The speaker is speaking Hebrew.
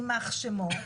יימח שמו,